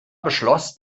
beschloss